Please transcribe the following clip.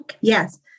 Yes